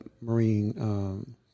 marine